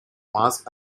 mass